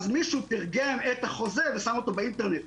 מישהו תרגם את החוזה ושם אותו באינטרנט.